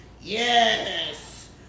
Yes